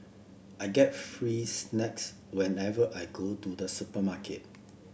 I get free snacks whenever I go to the supermarket